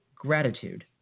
gratitude